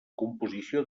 composició